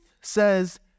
says